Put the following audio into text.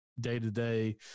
day-to-day